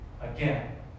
Again